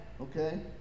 Okay